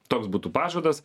toks būtų pažadas